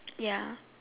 ya